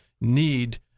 need